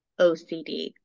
OCD